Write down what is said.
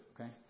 Okay